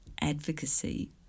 advocacy